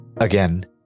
Again